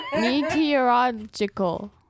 Meteorological